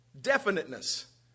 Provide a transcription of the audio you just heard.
definiteness